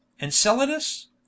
Enceladus